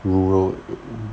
rural